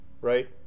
right